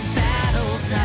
battles